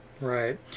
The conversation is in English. Right